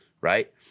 right